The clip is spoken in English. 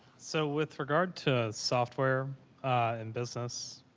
so, with regard to software and business,